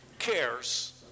Cares